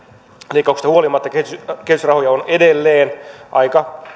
leikkauksista huolimatta kehitysrahoja on edelleen aika